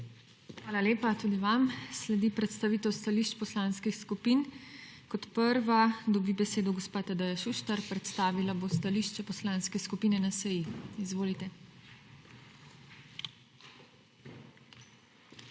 Hvala lepa tudi vam. Sledi predstavitev stališč poslanskih skupin. Kot prva dobi besedo gospa Tadeja Šuštar. Predstavila bo stališče Poslanske skupine NSi. Izvolite. TADEJA